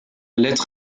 lettre